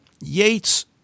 Yates